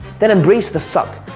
then embrace the suck.